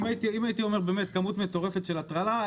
אם הייתי אומר כמות מטורפת של הטרלה,